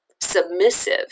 submissive